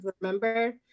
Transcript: remember